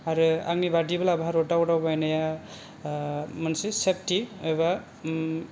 आरो आंनि बायदिब्ला भारताव दावबायनाया मोनसे सेफथि एबा